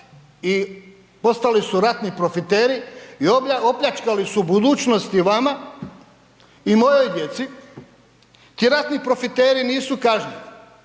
i postali su ratni profiteri i opljačkali su u budućnosti vama i mojoj djeci, ti ratni profiteri nisu kažnjeni